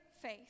faith